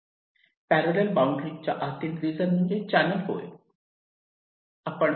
parallel boundary च्या आतील region म्हणजे चॅनल होय